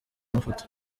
amafoto